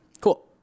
Cool